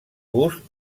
gust